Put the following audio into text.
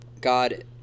God